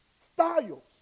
style